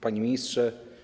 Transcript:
Panie Ministrze!